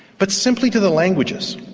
but simply to the languages.